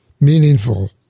Meaningful